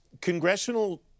congressional